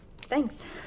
Thanks